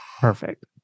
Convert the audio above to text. Perfect